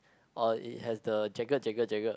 or it has the jagged jagged jagged